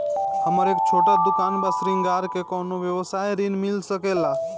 हमर एक छोटा दुकान बा श्रृंगार के कौनो व्यवसाय ऋण मिल सके ला?